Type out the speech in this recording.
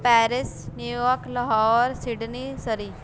Paris New York Lahore Sydney Surrey